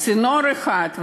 צינור אחד.